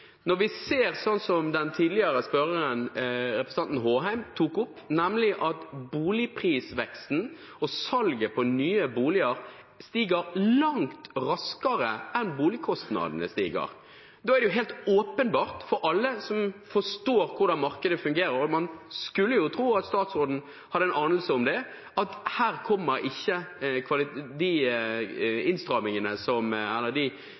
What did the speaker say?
Når vi ser det som den tidligere spørreren, representanten Håheim, tok opp, nemlig at boligprisveksten og salget av nye boliger stiger langt raskere enn boligkostnadene stiger, er det helt åpenbart for alle som forstår hvordan markedet fungerer – og man skulle jo tro at statsråden hadde en anelse om det – at her kommer ikke det frislippet som går på kvalitet og på standard, som